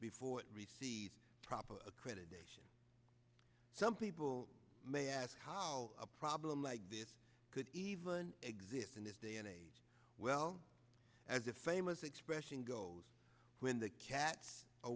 before it receives proper accreditations some people may ask how a problem like this could even exist in this day and age well as a famous expression goes when the cat's